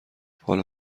حالا